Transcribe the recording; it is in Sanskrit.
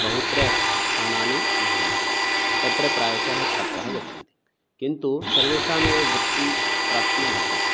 बहुत्र सथानानि भवन्ति तत्र प्रायशः छात्राः गच्छन्ति किन्तु सर्वेषामेव वृत्तिप्राप्तिः न भवति